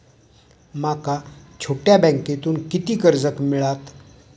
माका छोट्या बँकेतून किती कर्ज मिळात?